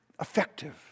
effective